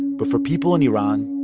but for people in iran,